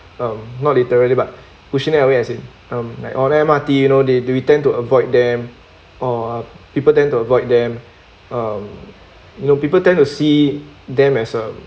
um not literally but pushing them away as in um like on the M_R_T you know they do we tend to avoid them or people tend to avoid them um no people tend to see them as well